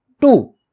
two